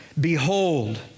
Behold